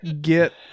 get